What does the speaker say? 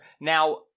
Now